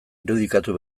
irudikatu